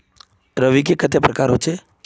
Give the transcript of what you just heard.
रवि के कते प्रकार होचे?